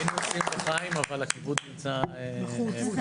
היינו עושים לחיים, אבל הכיבוד נמצא בחוץ.